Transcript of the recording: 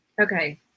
Okay